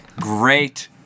Great